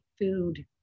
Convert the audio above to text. food